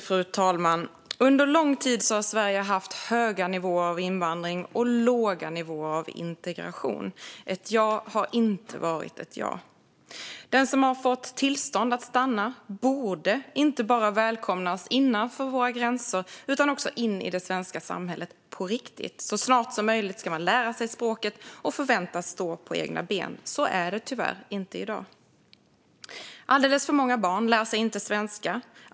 Fru talman! Under lång tid har Sverige haft höga nivåer av invandring och låga nivåer av integration. Ett ja har inte varit ett ja. Den som har fått tillstånd att stanna borde inte bara välkomnas innanför våra gränser utan också in i det svenska samhället på riktigt. Så snart som möjligt ska man lära sig språket och förväntas stå på egna ben. Så är det tyvärr inte i dag. Alldeles för många barn lär sig inte svenska.